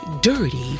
dirty